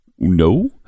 No